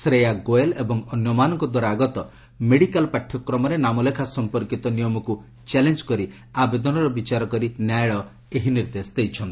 ଶ୍ରେୟା ଗୋୟଲ୍ ଏବଂ ଅନ୍ୟମାନଙ୍କଦ୍ୱାରା ଆଗତ ମେଡିକାଲ୍ ପାଠ୍ୟକ୍ରମରେ ନାମଲେଖା ସମ୍ପର୍କିତ ନିୟମକୁ ଚ୍ୟାଲେଞ୍ଜ୍ କରି ଆବେଦନର ବିଚାର କରି ନ୍ୟାୟାଳୟ ଏହି ନିର୍ଦ୍ଦେଶ ଦେଇଛନ୍ତି